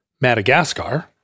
Madagascar